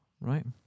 right